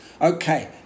Okay